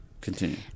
Continue